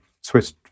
Swiss